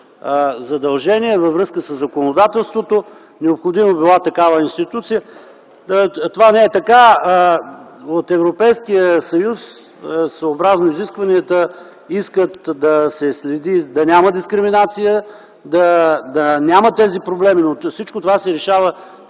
задължения във връзка със законодателството била необходима такава институция. Това не е така. От Европейския съюз, съобразно изискванията, искат да се следи да няма дискриминация, да ги няма тези проблеми. Но всичко това се решава